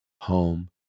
home